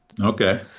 Okay